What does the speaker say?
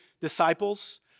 disciples